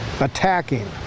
attacking